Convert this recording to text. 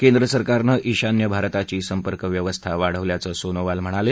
केंद्र सरकारनं ईशान्य भारताची संपर्क व्यवस्था वाढवल्याचं सोनोवाल म्हणाले